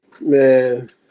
man